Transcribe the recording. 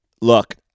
look